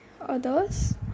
Others